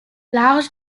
large